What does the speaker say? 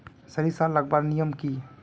सरिसा लगवार नियम की?